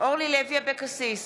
אורלי לוי אבקסיס,